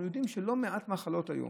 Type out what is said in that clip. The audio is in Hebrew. אנחנו יודעים שבלא מעט מחלות היום,